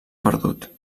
perdut